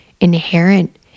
inherent